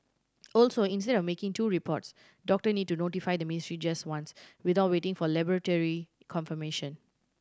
also instead of making two reports doctor need to notify the ministry just once without waiting for laboratory confirmation